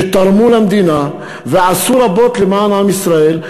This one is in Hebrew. שתרמו למדינה ועשו רבות למען עם ישראל,